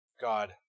God